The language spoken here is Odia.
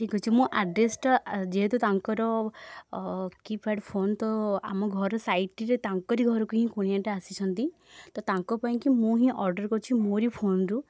ଠିକ୍ ଅଛି ମୁଁ ଆଡ଼୍ରେସ୍ଟା ଆ ଯେହେତୁ ତାଙ୍କର କିପ୍ୟାଡ଼୍ ଫୋନ୍ ତ ଆମ ଘର ସାଇଟ୍ରେ ତାଙ୍କରି ଘରକୁ ହିଁ କୁଣିଆଟା ଆସିଛନ୍ତି ତ ତାଙ୍କ ପାଇଁକି ମୁଁ ହିଁ ଅର୍ଡ଼ର କରିଛି ମୋରି ଫୋନ୍ରୁ